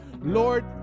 Lord